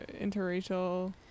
interracial